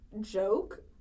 joke